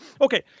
Okay